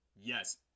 Yes